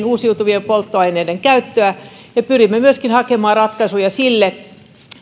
uusiutuvien polttoaineiden käyttöä ja pyrimme myöskin hakemaan ratkaisuja sille